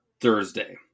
thursday